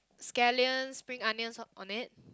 scallions spring onions top on it